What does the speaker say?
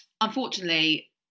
Unfortunately